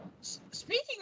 Speaking